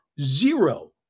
zero